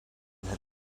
had